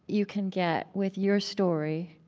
you can get with your story,